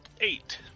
Eight